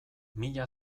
mila